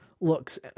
looks